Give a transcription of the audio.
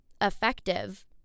effective